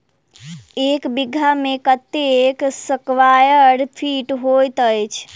एक बीघा मे कत्ते स्क्वायर फीट होइत अछि?